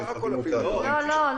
לא,